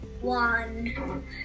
one